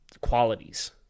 qualities